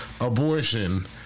abortion